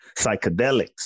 psychedelics